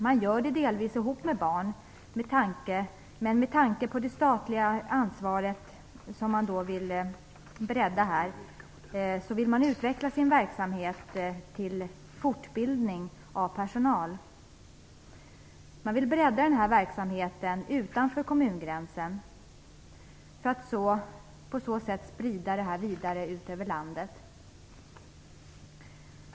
Detta gör man delvis ihop med barn. Men tanken med ett statligt ansvar är att utveckla verksamheten när det gäller fortbildning av personal. Man vill bredda den här verksamheten utanför kommungränsen för att på så sätt sprida den vidare ut över landet.